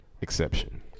Exception